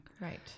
Right